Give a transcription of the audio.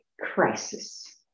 crisis